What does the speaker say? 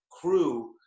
crew